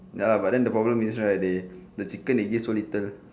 ya lah but then the problem is right they the chicken they give so little